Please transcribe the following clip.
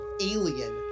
alien